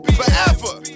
forever